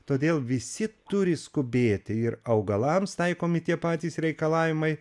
todėl visi turi skubėti ir augalams taikomi tie patys reikalavimai